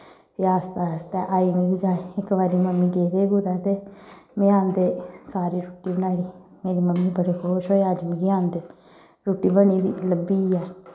फ्ही आस्तै आस्तै आई मिगी जाच इक बारी मम्मी गेदे कुतै ते में औंदे गी सारी रुट्टी बनाई ओड़ी मेरे मम्मी बड़े खुश होई अज्ज मिगी आंदे रुट्टी बनी दी लब्भी ऐ